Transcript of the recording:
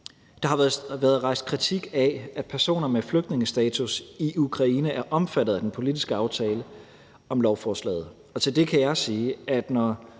Der har været rejst kritik af, at personer med flygtningestatus i Ukraine er omfattet af den politiske aftale om lovforslaget,